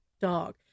dog